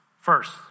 first